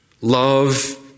Love